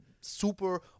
super